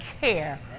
care